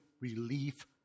relief